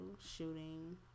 shooting